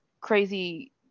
crazy